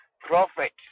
prophet